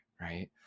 Right